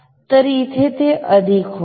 तर इथे ते अधिक होईल